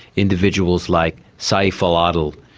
individuals like saif al-adel,